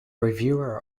reviewer